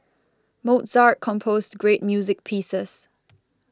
Mozart composed great music pieces